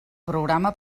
programa